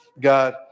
God